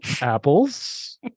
apples